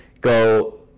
go